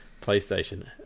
PlayStation